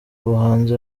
umuhanzi